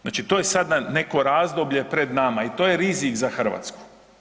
Znači to je sada neko razdoblje pred nama i to je rizik za Hrvatsku.